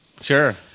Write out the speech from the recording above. Sure